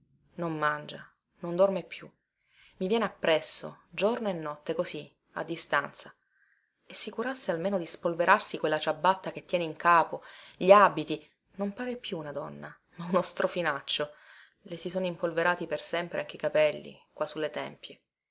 non mangia non dorme più i viene appresso giorno e notte così a distanza e si curasse almeno di spolverarsi quella ciabatta che tiene in capo gli abiti non pare più una donna ma uno strofinaccio le si sono impolverati per sempre anche i capelli qua sulle tempie